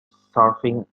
surfing